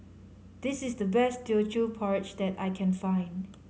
this is the best Teochew Porridge that I can find